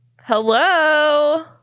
Hello